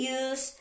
use